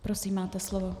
Prosím, máte slovo.